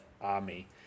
army